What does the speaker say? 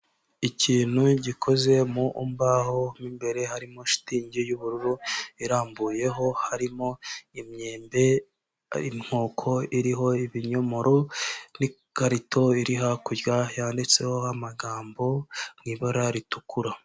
Ikintu gikoze mu mbaho, mo imbere harimo shitingi y'ubururu irambuyeho harimo imyembe, inkoko iriho ibinyomoro n'ikarito iri hakurya yanditseho amagambo mu ibara ritukura.